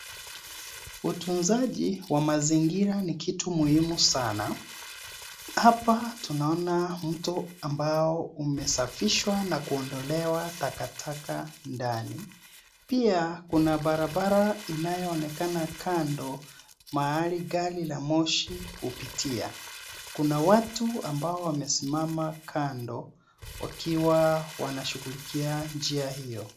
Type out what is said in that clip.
Utunzaji wa mazingira ni kitu muhimu sana. Hapa tunaona mto ambao umesafishwa na kuondolewa takataka ndani. Pia kuna barabara inayoonekana kando mahali gari la moshi hupitia. Kuna watu ambao wamesimama kando wakiwa wanashughulikia njia hiyo.